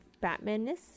Batman-ness